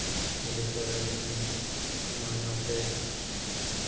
ᱦᱚᱞᱤ ᱠᱚᱨᱮ ᱡᱮᱢᱚᱱ ᱢᱟᱱᱟᱣ ᱯᱮ